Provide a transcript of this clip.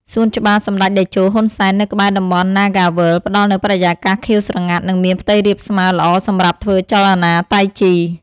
សួនច្បារសម្ដេចតេជោ ហ៊ុន សែន នៅក្បែរតំបន់ណាហ្គាវើលដ៍ ផ្ដល់នូវបរិយាកាសខៀវស្រងាត់ និងមានផ្ទៃរាបស្មើល្អសម្រាប់ធ្វើចលនាតៃជី។